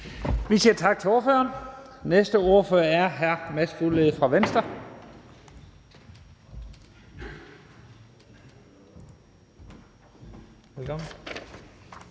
Vi siger tak til ordføreren. Den næste ordfører er hr. Mads Fuglede fra Venstre. Velkommen.